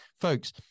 folks